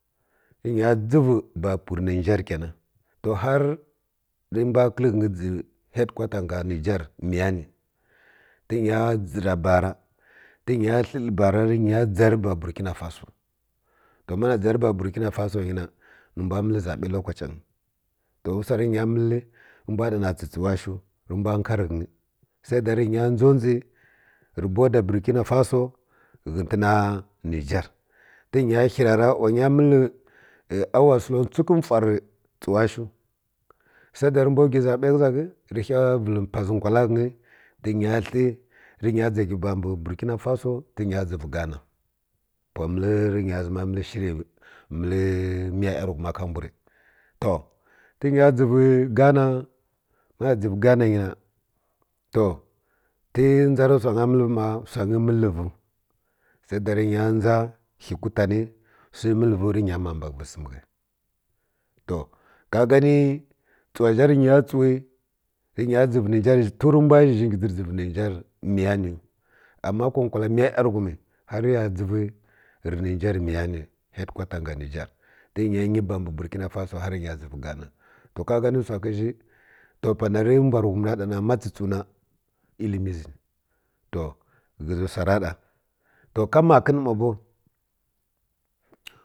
Inya dʒivəwə ba pirir niger kena to har re mbw kəl ghə nyi dʒi hedwurtar nga niger miyani tə nya dʒiga bara tə nya hə lə bura rə nya dʒir ba burkinafaso to mana dʒir ba burkina faso ngi na ni mbw məl zabə lokace ngə to wa wsar nyi məli rə mbw ɗa na tsə-tsəwa shiw rə mbw ka nkari ghənyi sai da rə ghənya dʒo dʒi rə boda burkinofaso ghətəna niger inya hira ra wa nya məl hour səlotsuk fwar rə tsawa shiw sai nda rə mbw giwi zabe ghə za ghə rə ghə vəl pati nkwala ghə nyi tə nya hə rə ghənya dʒagə bu mbə burkinafaso tə ghənya dʒivə ghaha pira məl rə nya məl shir rə məl miya yan ghum ma ka mbw rə to rə ghənya dʒivə ghana mana dʒəvə ghana nyi na to tə dʒa rə wsangt məl vi sai nda rə ghə nya dʒa hi gutan wsi məl vi rə ghənya mna mbaghərə sam ghə to ka yani tsəwa zhi rə ghanyi tsəwi ni ghəya dʒivə niger ton rə mbwa ya zhi ngi dʒri dʒivə niger ama kokwala mkiya yamighum har ra ya dʒivəyi rə niger miyni headwuata nga niger tə nya ba mbi burkinafaso rə ghənya dʒivəwi ghana to ka gani wsa ghə zhi pana rə mbw rə ohum ra ɗa na ma tsə-tsəw na ilimi zi to ghə zi wsa ra ɗa ka makən ma bow